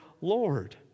Lord